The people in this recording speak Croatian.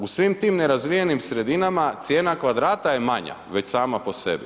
U svim tim nerazvijenim sredinama cijena kvadrata je manja već sama po sebi.